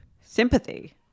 Sympathy